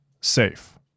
Safe